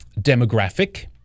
demographic